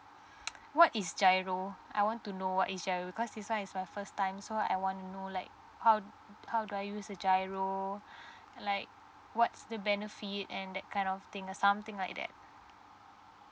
what is giro I want to know what is giro because this one is my first time so I want to know like how do how do I use the giro like what's the benefit and that kind of thing something like that